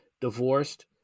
Divorced